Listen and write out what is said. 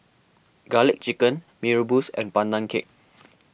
Garlic Chicken Mee Rebus and Pandan Cake